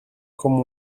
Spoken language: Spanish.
como